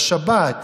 בשבת,